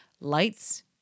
lights